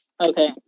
Okay